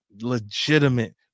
legitimate